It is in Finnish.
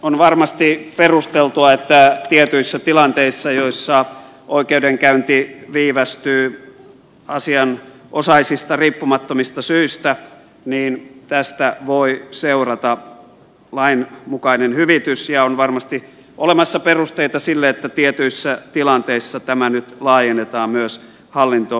on varmasti perusteltua että tietyissä tilanteissa joissa oikeudenkäynti viivästyy asianosaisista riippumattomista syistä tästä voi seurata lain mukainen hyvitys ja on varmasti olemassa perusteita sille että tietyissä tilanteissa tämä nyt laajennetaan myös hallintoprosesseihin